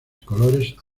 colores